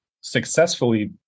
successfully